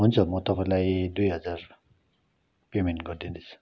हुन्छ म तपाईँलाई दुई हजार पेमेन्ट गरिदिँदैछु